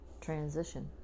transition